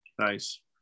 nice